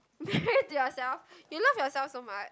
married to yourself you love yourself so much